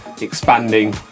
expanding